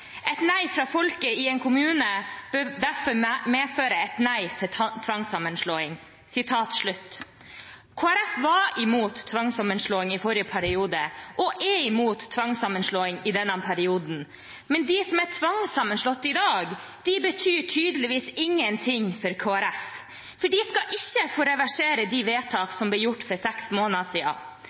et nei fra folket i en kommune burde medføre et nei til tvangssammenslåing. Kristelig Folkeparti var imot tvangssammenslåing i forrige periode, og er imot tvangssammenslåing i denne perioden. Men de som er tvangssammenslått i dag, betyr tydeligvis ingenting for Kristelig Folkeparti, for de skal ikke få reversere de vedtakene som ble gjort for seks måneder